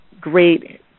great